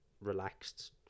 relaxed